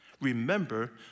remember